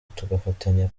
tugafatanya